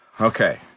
Okay